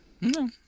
No